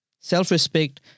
self-respect